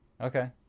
Okay